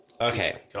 Okay